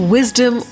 Wisdom